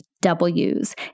W's